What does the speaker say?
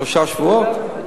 שלושה שבועות?